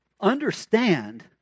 understand